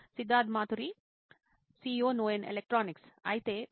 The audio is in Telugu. సిద్ధార్థ్ మాతురి CEO నోయిన్ ఎలక్ట్రానిక్స్ అయితే మరి